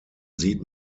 sieht